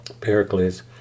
Pericles